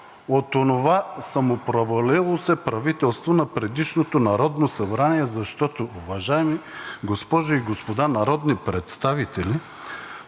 от онова самопровалило се правителство на предишното Народното събрание, защото, уважаеми госпожи и господа народни представители,